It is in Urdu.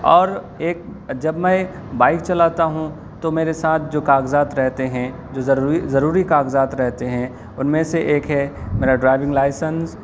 اور ایک جب میں بائیک چلاتا ہوں تو میرے ساتھ جو کاغذات رہتے ہیں جو ضروری ضروری کاغذات رہتے ہیں ان میں سے ایک ہے میرا ڈرائیونگ لائسنس